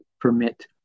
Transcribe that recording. permit